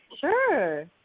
Sure